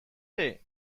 ere